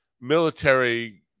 military